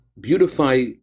beautify